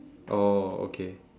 oh okay